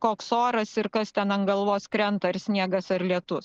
koks oras ir kas ten ant galvos krenta ar sniegas ar lietus